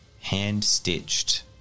hand-stitched